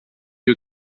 you